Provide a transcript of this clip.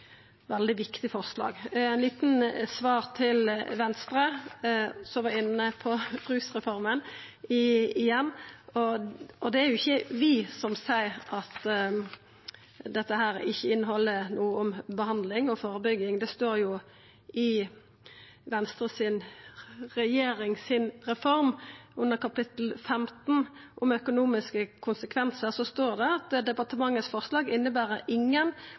veldig viktig forslag. Så eit lite svar til Venstre, som var inne på rusreforma, igjen: Det er jo ikkje vi som seier at dette ikkje inneheld noko om behandling og førebygging; det står jo i reforma til Venstre si regjering, under kapittel 15, om økonomiske konsekvensar. Der står det: «Departementets forslag innebærer ingen